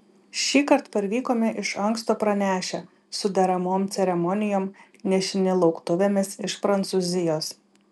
šįkart parvykome iš anksto pranešę su deramom ceremonijom nešini lauktuvėmis iš prancūzijos